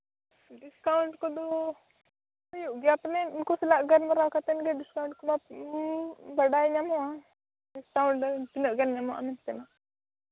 discount ᱠᱚᱫᱚ ᱦᱩᱭᱩᱜ ᱜᱮᱭᱟ ᱯᱟᱞᱮᱜ ᱩᱱᱠᱩ ᱥᱟᱞᱟᱜ ᱜᱟᱞᱢᱟᱨᱟᱣ ᱠᱟᱛᱮᱫ ᱜᱮ ᱰᱤᱥᱠᱟᱣᱩᱱᱴ ᱠᱚᱫᱚ ᱵᱟᱰᱟᱭ ᱧᱟᱢᱚᱜᱼᱟ ᱰᱤᱥᱠᱟᱣᱩᱱᱴ ᱛᱤᱱᱟᱹᱜ ᱜᱟᱱ ᱧᱟᱢᱚᱜᱼᱟ ᱢᱮᱱᱛᱮ